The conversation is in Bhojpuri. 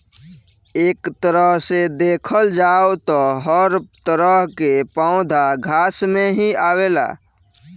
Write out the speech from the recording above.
एक तरह से देखल जाव त हर तरह के पौधा घास में ही आवेला